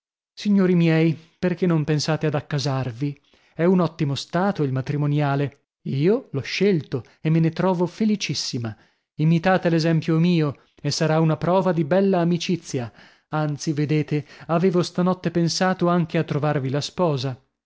signori miei perchè non pensate ad accasarvi è un ottimo stato il matrimoniale io l'ho scelto e me ne trovo felicissima imitate l'esempio mio e sarà una prova di bella amicizia anzi vedete avevo stanotte pensato anche a trovarvi la sposa